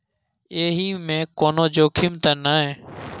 एहि मे कोनो जोखिम त नय?